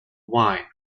wine